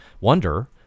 wonder